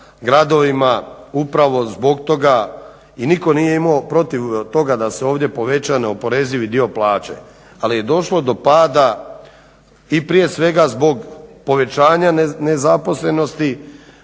gradovima upravo zbog toga i nitko nije imao protiv toga da se ovdje poveća neoporezivi dio plaće. Ali je došlo do pada i prije svega zbog povećanja nezaposlenosti,